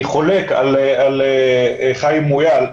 אני חולק על חיים מויאל,